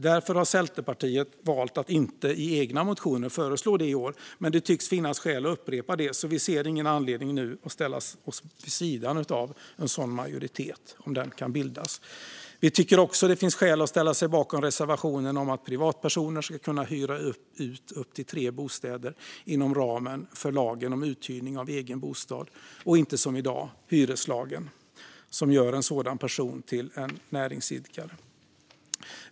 Därför har Centerpartiet valt att inte i egna motioner föreslå det i år, men det tycks finnas skäl att upprepa förslaget. Därför ser vi ingen anledning att nu ställa oss vid sidan av en sådan majoritet - om den kan bildas. Vi tycker också att det finns skäl att ställa sig bakom reservationen om att privatpersoner ska kunna hyra ut upp till tre bostäder inom ramen för lagen om uthyrning av egen bostad, inte som i dag hyreslagen - som gör en sådan person till näringsidkare.